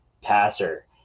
passer